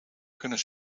kunnen